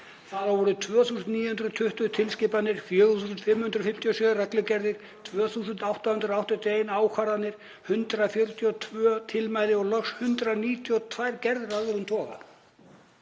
Þar af voru 2.920 tilskipanir, 4.557 reglugerðir, 2.881 ákvörðun, 142 tilmæli og loks 192 gerðir af öðrum toga.